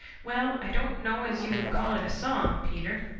well, i don't know as you would call it a song, peter,